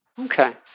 Okay